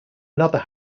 another